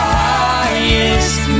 highest